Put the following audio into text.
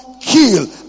kill